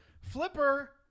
Flipper